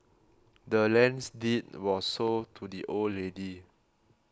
the land's deed was sold to the old lady